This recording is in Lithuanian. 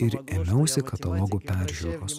ir ėmiausi katalogų peržiūros